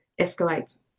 escalates